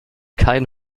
kein